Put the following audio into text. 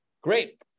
Great